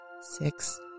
six